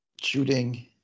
shooting